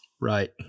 Right